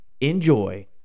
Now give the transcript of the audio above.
Enjoy